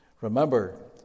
Remember